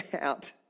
out